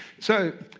so,